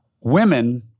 women